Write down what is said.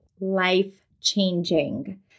life-changing